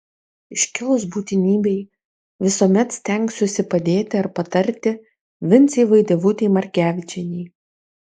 iškilus būtinybei visuomet stengsiuosi padėti ar patarti vincei vaidevutei margevičienei